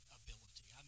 ability